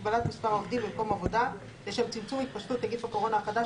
הגבלת מספר העובדים במקום עבודה לשם צמצום התפשטות נגיף הקורונה החדש),